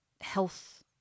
health